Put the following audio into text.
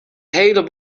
hele